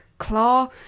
claw